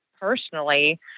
personally